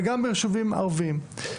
וגם ביישובים ערביים.